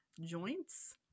joints